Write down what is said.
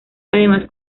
además